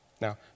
Now